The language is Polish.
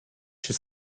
się